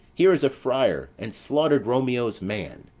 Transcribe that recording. here is a friar, and slaughter'd romeo's man,